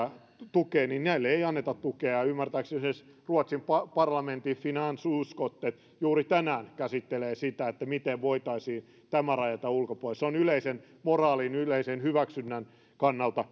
tukee ei anneta tukea ymmärtääkseni esimerkiksi ruotsin parlamentin finansutskottet juuri tänään käsittelee sitä miten voitaisiin tämä rajata ulkopuolelle se on yleisen moraalin ja yleisen hyväksynnän kannalta